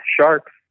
sharks